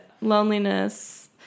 loneliness